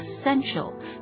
essential